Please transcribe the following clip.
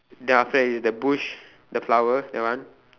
then after that is the bush the flower that one